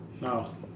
No